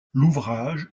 l’ouvrage